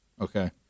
Okay